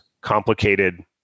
complicated